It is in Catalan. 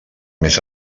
més